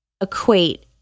equate